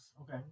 Okay